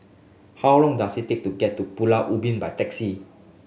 how long does it take to get to Pulau Ubin by taxi